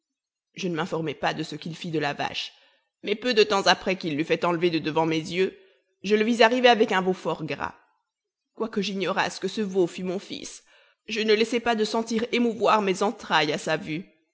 je ne m'informai pas de ce qu'il fit de la vache mais peu de temps après qu'il l'eut fait enlever de devant mes yeux je le vis arriver avec un veau fort gras quoique j'ignorasse que ce veau fût mon fils je ne laissai pas de sentir émouvoir mes entrailles à sa vue